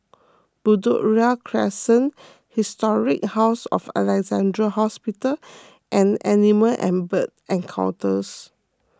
Bedok Ria Crescent Historic House of Alexandra Hospital and Animal and Bird Encounters